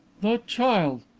that child!